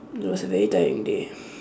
it was a very tiring day